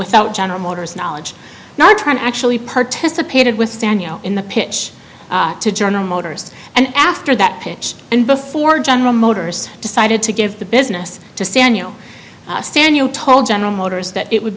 without general motors knowledge not trying to actually participated with danielle in the pitch to general motors and after that pitch and before general motors decided to give the business to stan you know stan you told general motors that it would